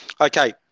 Okay